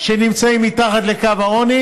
שנמצאים מתחת לקו העוני,